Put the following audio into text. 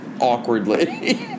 awkwardly